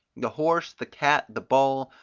the horse, the cat, the bull,